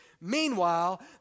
Meanwhile